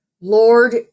Lord